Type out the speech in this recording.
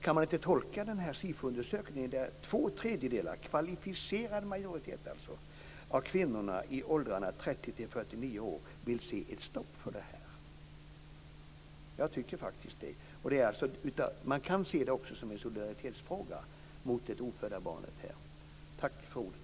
Kan man inte tolka SIFO-undersökningen på det sättet, där två tredjedelar - dvs. en kvalificerad majoritet - av kvinnorna i åldrarna 30-49 år vill se ett stopp för detta? Jag tycker faktiskt det. Man kan också se det som en fråga om solidaritet med det ofödda barnet. Tack för ordet.